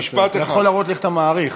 אתה יכול להראות לי איך אתה מאריך.